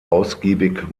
ausgiebig